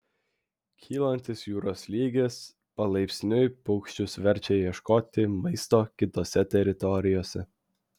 kylantis jūros lygis palaipsniui paukščius verčia ieškoti maisto kitose teritorijose